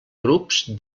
grups